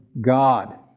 God